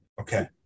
Okay